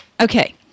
okay